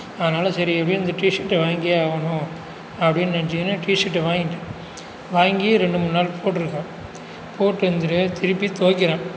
அதனால் சரி எப்படியும் இந்த டிஷர்டை வாங்கியே ஆகணும் அப்படின்னு நினைச்சுங்கன்னு டிஷர்ட் வாங்கிட்டு வாங்கிட்டேன் வாங்கி ரெண்டு மூணு நாள் போட்டிருக்கேன் போட்டிருந்து திருப்பி துவைக்கிறேன்